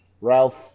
Ralph